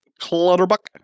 Clutterbuck